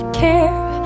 care